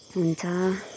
हुन्छ